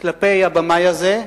כלפי הבמאי הזה,